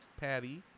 patty